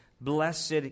blessed